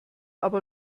aber